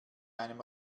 einem